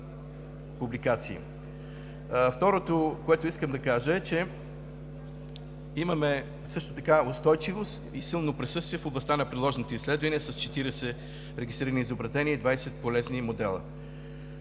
Второто, което искам да кажа, е, че имаме също така устойчивост и силно присъствие в областта на приложните изследвания с 40 регистрирани изобретения и 20 полезни модела.